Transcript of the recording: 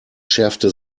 schärfte